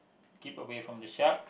keep away from the shark